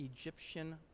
Egyptian